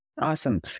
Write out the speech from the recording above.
Awesome